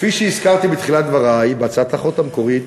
כפי שהזכרתי בתחילת דברי, בהצעת החוק המקורית